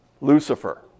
Lucifer